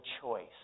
choice